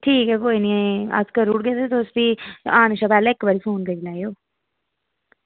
ठीक ऐ कोई निं अस करी ओड़गे ते तुस भी आने कशा पैह्लें इक्क बारी फोन करी लैयो